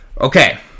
Okay